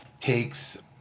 takes